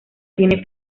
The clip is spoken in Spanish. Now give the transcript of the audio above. tiene